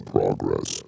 Progress